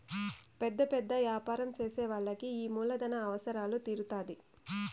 పెద్ద పెద్ద యాపారం చేసే వాళ్ళకి ఈ మూలధన అవసరాలు తీరుత్తాధి